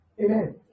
amen